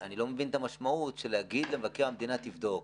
אני לא מבין את המשמעות להגיד למבקר המדינה תבדוק.